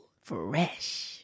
Fresh